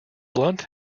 blunt